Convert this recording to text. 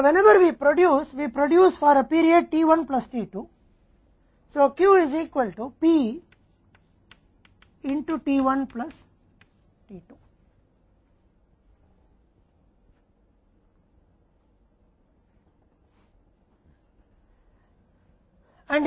अब जब भी हम उत्पादन करते हैं हम एक के लिए उत्पादन करते हैं पीरियड t 1 प्लस t 2 इसलिए Q P में t1 प्लस t2 के बराबर है